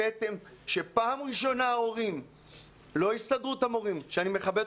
פעם ראשונה ההורים - לא הסתדרות המורים אותה אני מאוד מכבד